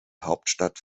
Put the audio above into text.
hauptstadt